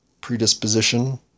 predisposition